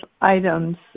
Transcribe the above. items